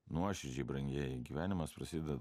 nuoširdžiai brangieji gyvenimas prasideda